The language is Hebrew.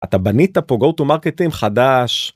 ‫אתה בנית פה go to marketing חדש.